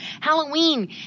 Halloween